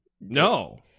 no